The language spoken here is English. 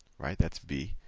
that's b.